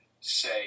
say